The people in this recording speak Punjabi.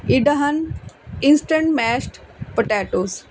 Idahoan instant mashed potatoes